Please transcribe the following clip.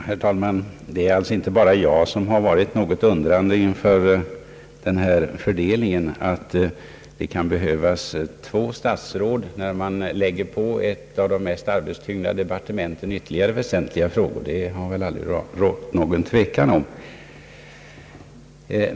Herr talman! Det är alltså inte bara jag som varit något undrande inför den här fördelningen. Att två statsråd kan behövas när man lägger ytterligare, väsentliga frågor på ett av de mest arbetstyngda departementen, därom har det väl aldrig rått någon tvekan.